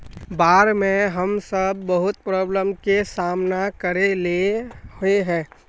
बाढ में हम सब बहुत प्रॉब्लम के सामना करे ले होय है?